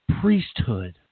priesthood